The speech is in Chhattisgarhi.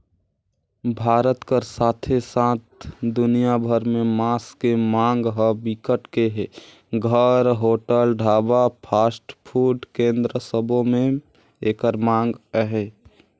भारत कर साथे साथ दुनिया भर में मांस के मांग ह बिकट के हे, घर, होटल, ढाबा, फास्टफूड केन्द्र सबो में एकर मांग अहे